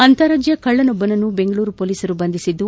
ಅಂತಾರಾಜ್ಯ ಕಳ್ಳನೊಬ್ಬನನ್ನು ಬೆಂಗಳೂರು ಪೊಲೀಸರು ಬಂಧಿಸಿದ್ದು